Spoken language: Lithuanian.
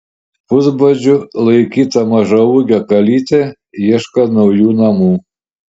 pusbadžiu laikyta mažaūgė kalytė ieško naujų namų